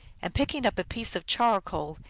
and, picking up a piece of charcoal,